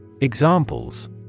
Examples